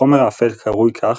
החומר האפל קרוי כך,